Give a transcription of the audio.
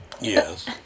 Yes